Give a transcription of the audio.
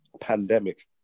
pandemic